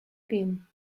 been